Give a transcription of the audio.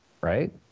right